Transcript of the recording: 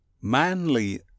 Manly